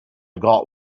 got